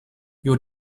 your